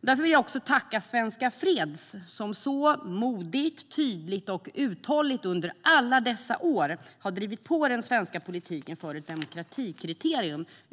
Jag vill också tacka Svenska Freds som under alla dessa år modigt, tydligt och uthålligt har drivit på den svenska politiken för ett demokratikriterium.